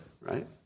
right